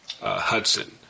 Hudson